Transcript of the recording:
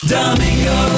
Domingo